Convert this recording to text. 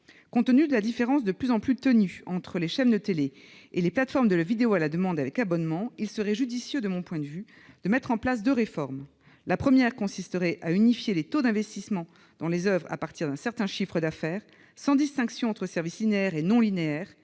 Compte tenu de la différence de plus en plus ténue entre les chaînes de télévision et les plateformes de vidéo à la demande avec abonnement, il serait judicieux, de mon point de vue, de mettre en place deux réformes. La première consisterait à unifier les taux d'investissement dans les oeuvres à partir d'un certain chiffre d'affaires, sans distinction entre services linéaires et non linéaires